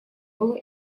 было